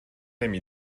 نمی